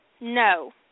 No